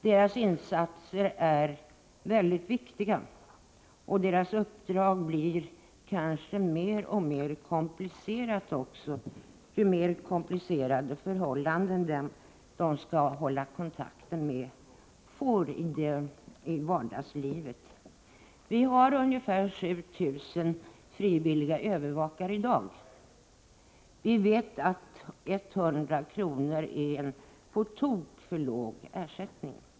Deras insatser är väldigt viktiga och deras uppdrag blir kanske mer och mer komplicerade ju mer invecklade förhållanden de klienter de skall hålla kontakt med får i vardagslivet. Vi har ungefär 7 000 frivilliga övervakare i dag. Vi vet att 100 kr. är en på tok för låg ersättning.